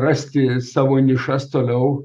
rasti savo nišas toliau